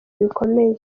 bikomeye